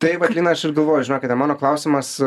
tai vat lina aš ir galvoju žinokite mano klausimas